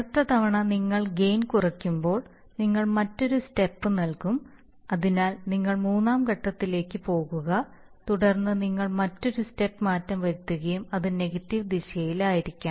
അടുത്ത തവണ നിങ്ങൾ ഗെയിൻ കുറയ്ക്കുമ്പോൾ നിങ്ങൾ മറ്റൊരു സ്റ്റെപ്പ് നൽകും അതിനാൽ നിങ്ങൾ മൂന്നാം ഘട്ടത്തിലേക്ക് പോകുക തുടർന്ന് നിങ്ങൾ മറ്റൊരു സ്റ്റെപ്പ് മാറ്റം വരുത്തുകയും അത് നെഗറ്റീവ് ദിശയിലായിരിക്കാം